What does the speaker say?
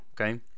okay